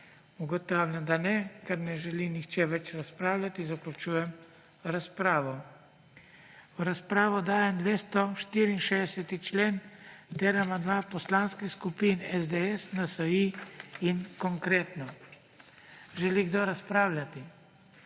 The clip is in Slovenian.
Ugotavljam, da ne. Ker ne želi nihče več razpravljati, zaključujem razpravo. V razpravo dajem 264. člen ter amandma poslanskih skupin SDS, NSi in Konkretno. Želi kdo razpravljati?